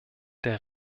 der